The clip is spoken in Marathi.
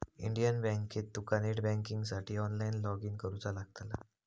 इंडियन बँकेत तुका नेट बँकिंगसाठी ऑनलाईन लॉगइन करुचा लागतला